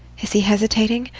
is he hesitating?